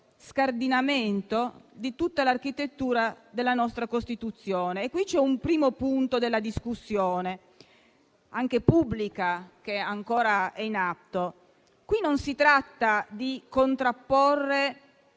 scardinamento di tutta l'architettura della nostra Costituzione. Qui interviene un primo punto della discussione, anche pubblica, che ancora è in atto: non si tratta di contrapporre